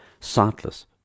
sightless